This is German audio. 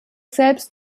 selbst